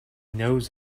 knows